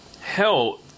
Hell